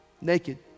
naked